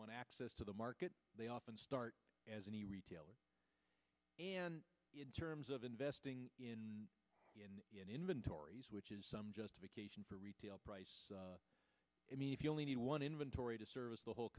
want to access to the market they often start as any retailer and terms of investing in inventories which is some justification for retail price i mean if you only need one inventory to service the whole